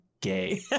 gay